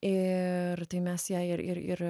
ir tai mes ją ir ir ir